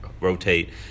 rotate